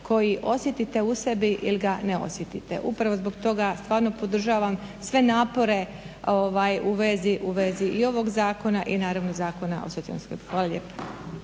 koji osjetite u sebi ili ga ne osjetite. Upravo zbog toga stvarno podržavam sve napore u vezi i ovog zakona i naravno Zakona o socijalnoj skrbi. Hvala lijepa.